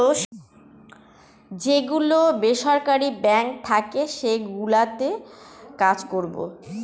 যে গুলো বেসরকারি বাঙ্ক থাকে সেগুলোতে কাজ করবো